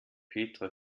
petra